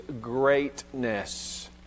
greatness